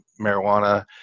marijuana